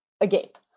agape